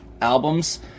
albums